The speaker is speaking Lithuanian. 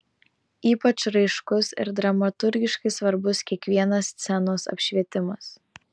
ypač raiškus ir dramaturgiškai svarbus kiekvienas scenos apšvietimas